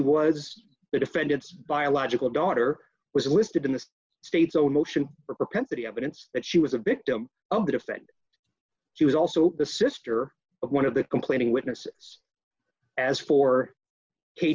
was the defendant's biological daughter was listed in the state's own motion propensity evidence that she was a victim of it if that she was also the sister of one of the complaining witness as for k